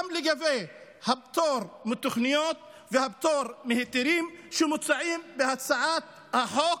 גם לגבי הפטור מתוכניות והפטור מהיתרים שמוצעים בהצעת החוק.